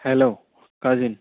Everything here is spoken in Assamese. hello cousin